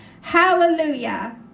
Hallelujah